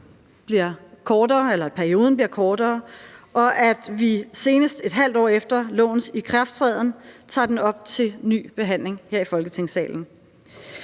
bliver kortere, og at vi senest et halvt år efter lovens ikrafttræden tager den op til ny behandling her i Folketingssalen.